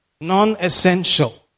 Non-essential